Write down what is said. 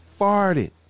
farted